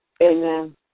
Amen